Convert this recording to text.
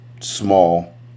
small